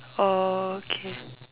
orh k